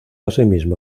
asimismo